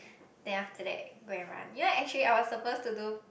then after that go and run you know actually I was supposed to do